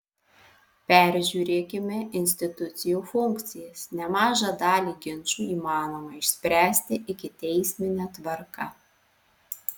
peržiūrėkime institucijų funkcijas nemažą dalį ginčų įmanoma išspręsti ikiteismine tvarka